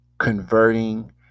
converting